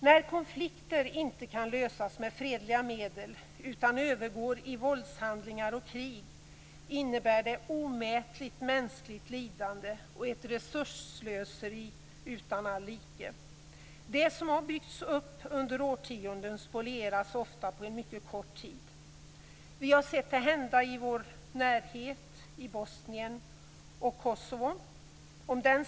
När konflikter inte kan lösas med fredliga medel utan övergår i våldshandlingar och krig innebär det ett omätligt mänskligt lidande och ett resursslöseri utan all like. Det som har byggts upp under årtionden spolieras ofta på en mycket kort tid. Vi har sett det hända i vår närhet, i Bosnien och i Kosovo.